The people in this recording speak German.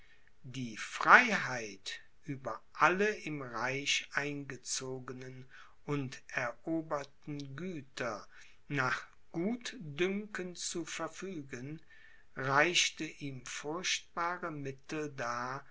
die freiheit über alle im reich eingezogenen und eroberten güter nach gutdünken zu verfügen reichte ihm furchtbare mittel dar